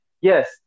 Yes